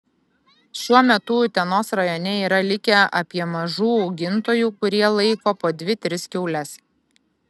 šiuo metu utenos rajone yra likę apie mažų augintojų kurie laiko po dvi tris kiaules